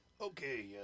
Okay